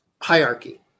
Hierarchy